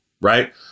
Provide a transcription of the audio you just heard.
right